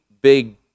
big